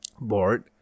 board